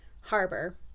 harbor